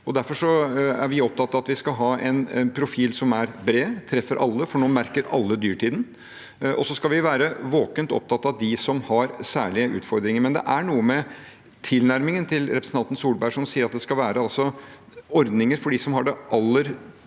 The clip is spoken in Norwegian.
Derfor er vi opptatt av at vi skal ha en profil som er bred, som treffer alle, for nå merker alle dyrtiden. Og så skal vi være våkent opptatt av dem som har særlige utfordringer. Men det er noe med tilnærmingen til representanten Solberg, som sier at det skal være ordninger som måler ut dem som har den aller